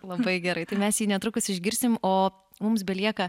labai gerai tai mes jį netrukus išgirsim o mums belieka